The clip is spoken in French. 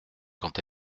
quand